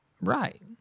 Right